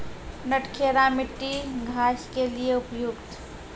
नटखेरा मिट्टी घास के लिए उपयुक्त?